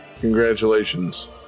congratulations